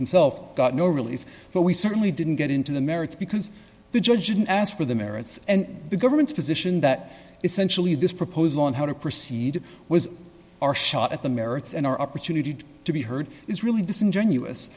relief but we certainly didn't get into the merits because the judge didn't ask for the merits and the government's position that essentially this proposal on how to proceed was our shot at the merits and our opportunity to be heard is really disingenuous